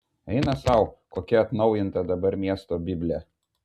eina sau kokia atnaujinta dabar miesto biblė